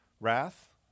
wrath